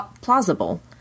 plausible